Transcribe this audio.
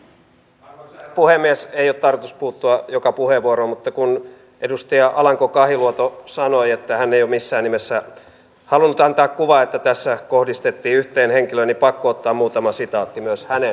menen yllättäen vähän puolustuspolitiikasta syrjemmälle ja kysyn näkeekö ministeri enää mitään mahdollisuuksia siihen että sotilaseläkeikäkysymyksessä tehty ratkaisu voitaisiin tavalla tai toisella siten purkaa että siitä ei aiheutuisi puolustusvoimille lisäkustannuksia niin kuin nyt on käytännössä tapahtumassa